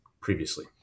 previously